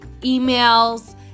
emails